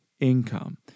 income